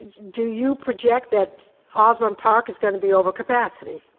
do you project that osbourn park is gonna be over capacity?